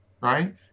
Right